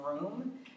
room